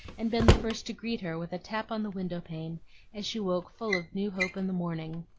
and been the first to greet her with a tap on the window-pane as she woke full of new hope in the morning.